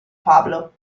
pablo